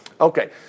Okay